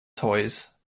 toys